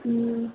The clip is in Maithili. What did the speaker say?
हुँ